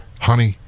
honey